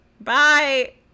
bye